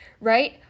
right